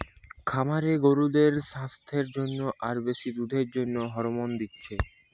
খামারে গরুদের সাস্থের জন্যে আর বেশি দুধের জন্যে হরমোন দিচ্ছে